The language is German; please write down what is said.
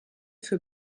für